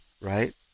right